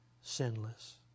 sinless